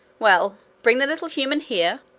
well, bring the little human here,